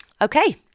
Okay